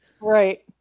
right